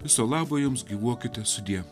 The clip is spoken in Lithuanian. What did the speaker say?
viso labo joms gyvuokite sudie